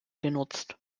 genutzt